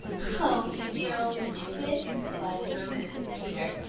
oh, you dear old stupid! replied little mrs. peter.